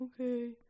okay